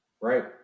right